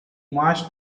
marched